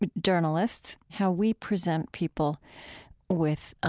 but journalists, how we present people with ah